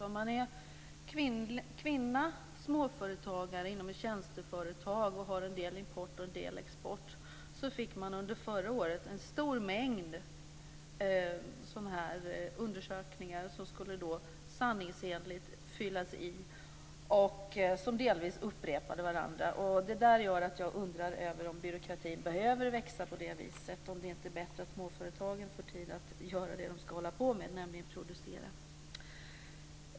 Om man är kvinna och småföretagare inom ett tjänsteföretag som har en del import och export så fick man under förra året en stor mängd undersökningar som sanningsenligt skulle fyllas i. Delvis upprepade de varandra. Detta gör att jag undrar över om byråkratin behöver växa på det här viset. Är det inte bättre att småföretagen får tid att göra det som de ska hålla på med, nämligen producera?